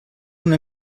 una